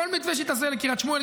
כל מתווה שהיא תעשה לקריית שמואל,